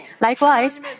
Likewise